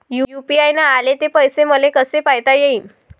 UPI न आले ते पैसे मले कसे पायता येईन?